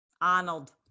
Arnold